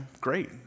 great